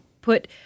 put